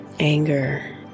Anger